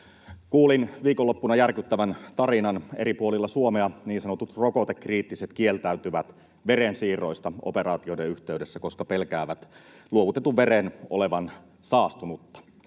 Kuulin viikonloppuna järkyttävän tarinan: eri puolilla Suomea niin sanotut rokotekriittiset kieltäytyvät verensiirroista operaatioiden yhteydessä, koska pelkäävät luovutetun veren olevan saastunutta.